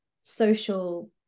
social